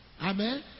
Amen